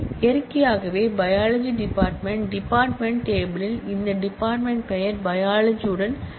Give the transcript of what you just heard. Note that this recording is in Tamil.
இயற்கையாகவே பையாலஜி டிபார்ட்மென்ட் டிபார்ட்மென்ட் டேபிள் யில் இந்த டிபார்ட்மென்ட் பெயர் பையாலஜி உடன் வேலிட் ஆகும்